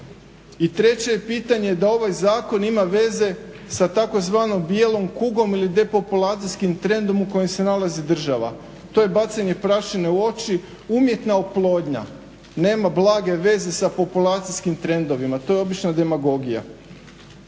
I treće je pitanje da ovaj zakon ima veze sa tzv. bijelom kugom ili depopulacijskim trendom u kojem se nalazi država. To je bacanje prašine u oči. Umjetna oplodnja nema blage veze sa populacijskim trendovima. To je obična demagogija.